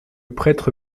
prêtre